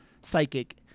psychic